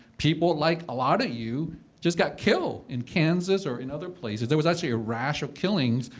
people like a lot of you just got killed in kansas or in other places. there was actually a rash of killings.